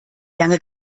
lange